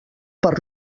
per